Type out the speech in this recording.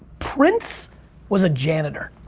prince was a janitor.